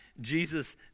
Jesus